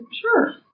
sure